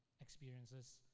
experiences